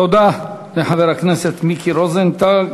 תודה לחבר הכנסת מיקי רוזנטל.